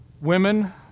Women